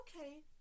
okay